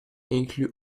inclus